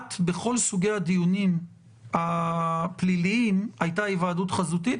כמעט בכל סוגי הדיונים הפליליים הייתה היוועדות חזותית,